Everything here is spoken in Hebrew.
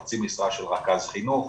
חצי משרה של רכז חינוך.